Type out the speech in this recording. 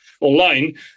online